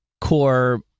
core